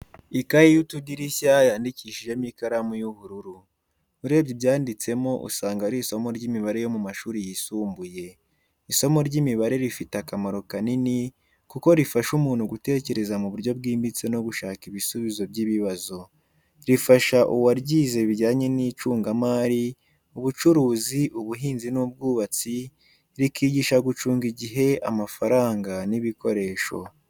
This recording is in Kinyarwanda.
Ikayi y'utudirishya yandikishijemo ikaramu y'ubururu. Urebye ibyanditsemo usanga ari isomo ry'imibare yo mu mashuri yisumbuye. Isomo ry’imibare rifite akamaro kanini kuko rifasha umuntu gutekereza mu buryo bwimbitse no gushaka ibisubizo by’ibibazo. Rifasha uwaryize bijyanye n’icungamari, ubucuruzi, ubuhinzi n’ubwubatsi, rikigisha gucunga igihe, amafaranga n’ibikoresho.